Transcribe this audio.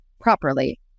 properly